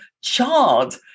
charred